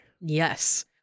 Yes